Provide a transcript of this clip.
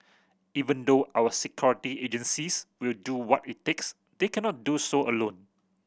even though our security agencies will do what it takes they cannot do so alone